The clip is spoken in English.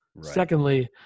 Secondly